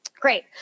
great